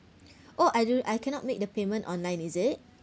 oh I do I cannot make the payment online is it